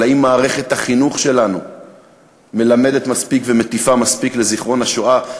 אבל האם מערכת החינוך שלנו מלמדת מספיק ומטיפה מספיק לזיכרון השואה,